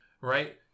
right